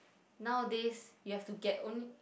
nowadays you have to get only